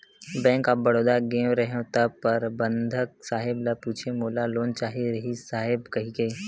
bank of Baroda गेंव रहेव त परबंधक साहेब ल पूछेंव मोला लोन चाहे रिहिस साहेब कहिके